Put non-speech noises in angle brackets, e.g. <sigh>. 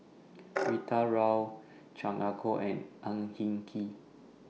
<noise> Rita Chao Chan Ah Kow and Ang Hin Kee